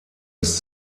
ist